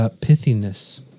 Pithiness